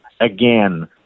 again